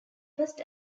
first